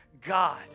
God